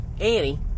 Annie